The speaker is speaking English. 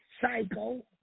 psycho